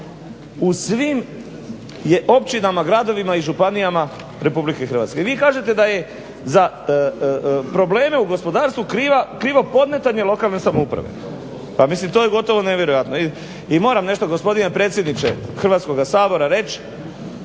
u svim općinama, gradovima i županijama RH. i vi kažete da je za probleme u gospodarstvu krivo podmetanje lokalne samouprave. pa mislim to je gotovo nevjerojatno. I moram nešto gospodine predsjedniče Hrvatskoga sabora reći,